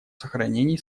сохранении